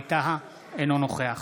ווליד טאהא, אינו נוכח